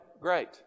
great